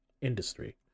industry